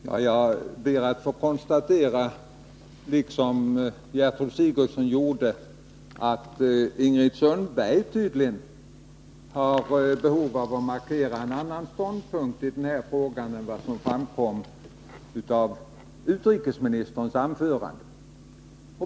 Herr talman! Jag ber att få konstatera, liksom Gertrud Sigurdsen gjorde tidigare, att Ingrid Sundberg tydligen har behov av att markera en annan ståndpunkt i den här frågan än den som framkom i utrikesministerns anförande.